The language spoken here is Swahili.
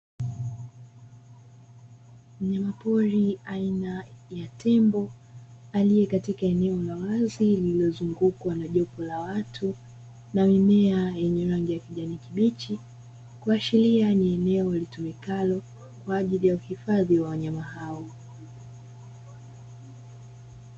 Mnyamapori aina ya tembo aliye katika eneo la wazi lililozungukwa na jopo la watu na mimea yenye rangi ya kijani kibichi, kuashiria ni eneo litumikalo kwa ajili ya uhifadhi wa wanyama hao.